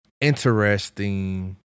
interesting